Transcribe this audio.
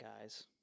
guys